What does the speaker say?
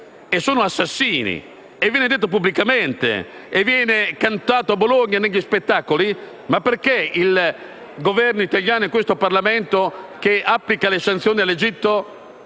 e assassini, come viene detto pubblicamente e viene cantato a Bologna negli spettacoli, perché allora il Governo italiano, in questo Parlamento che applica le sanzioni all'Egitto,